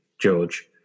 George